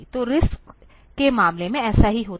तो RISC के मामले में ऐसा ही होता है